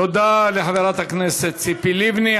תודה לחברת הכנסת ציפי לבני.